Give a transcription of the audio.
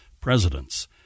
presidents